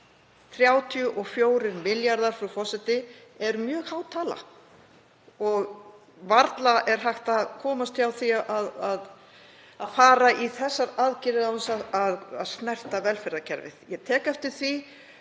34 milljarðar er mjög há tala og varla er hægt að komast hjá því að fara í slíkar aðgerðir án þess að snerta velferðarkerfið. Ég tek eftir því